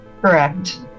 Correct